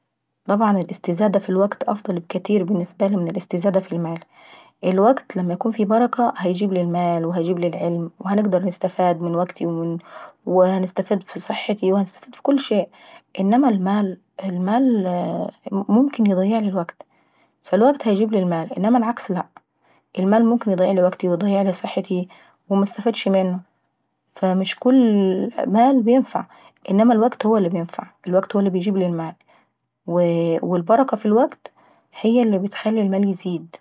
طبعا الاستزادة ف الوكت افضل بكاتير من الاستزاد ف المال. الوكت لما يكون فيه بركة هيجبلي المال وهيجبلي العلم وهنقدر نستفاد من وكتي وهنستفاد من صحتي ومن كل شيء. انما المال ممكن يضيعي وكتي فالوكت هيجيبلي المال انما العكس لا. المال ممكن يضيعلي وكتي وصحتي ومنسستفادش منه. فمش كوول مال بينفع انما الوكت بينفع هو اللي هيجيبلي المال ووو البركة ف الزكت هي اللي بتخلي المال يزيد.